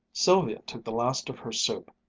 sylvia took the last of her soup,